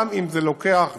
גם אם זה לוקח זמן,